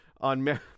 on